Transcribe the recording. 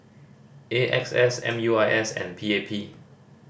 A X S M U I S and P A P